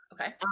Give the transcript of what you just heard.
okay